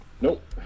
Nope